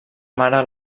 mare